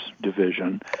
division